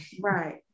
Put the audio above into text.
right